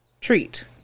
treat